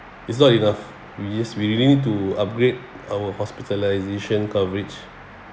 it's not enough we just we really need to upgrade our hospitalization coverage